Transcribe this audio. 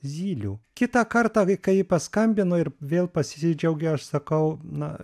zylių kitą kartą kai ji paskambino ir vėl pasidžiaugė aš sakau na